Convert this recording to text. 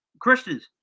Christians